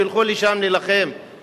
שילכו לשם להילחם,